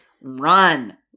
run